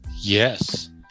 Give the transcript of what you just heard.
Yes